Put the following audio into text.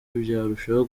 byarushaho